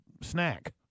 snack